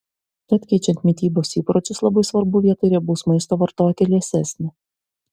tad keičiant mitybos įpročius labai svarbu vietoj riebaus maisto vartoti liesesnį